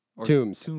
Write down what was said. tombs